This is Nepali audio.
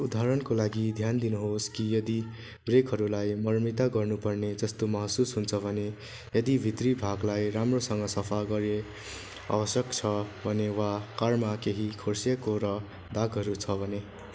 उदाहरणको लागि ध्यान दिनुहोस् कि यदि ब्रेकहरूलाई मर्मती गर्नुपर्ने जस्तो महसुस हुन्छ भने यदि भित्री भागलाई राम्रोसँग सफा गरे आवश्यक छ भने वा कारमा केही खोर्सिएको र दागहरू छ भने